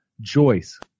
Joyce